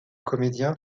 comédien